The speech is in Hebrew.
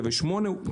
108,000,